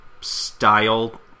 style